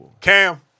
Cam